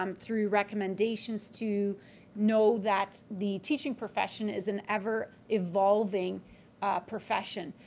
um through recommendations to know that the teaching profession is an ever evolving profession,